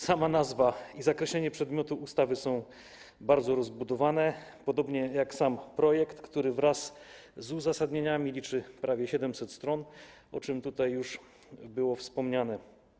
Sama nazwa i zakreślenie przedmiotu ustawy są bardzo rozbudowane, podobnie jak sam projekt, który wraz z uzasadnieniami liczy prawie 700 stron, o czym tutaj już było wspomniane.